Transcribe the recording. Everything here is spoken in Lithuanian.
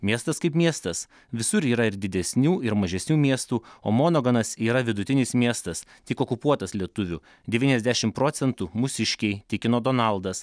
miestas kaip miestas visur yra ir didesnių ir mažesnių miestų o monaganas yra vidutinis miestas tik okupuotas lietuvių devyniasdešimt procentų mūsiškiai tikino donaldas